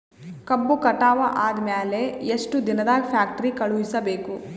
ಕಬ್ಬು ಕಟಾವ ಆದ ಮ್ಯಾಲೆ ಎಷ್ಟು ದಿನದಾಗ ಫ್ಯಾಕ್ಟರಿ ಕಳುಹಿಸಬೇಕು?